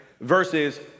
versus